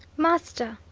master,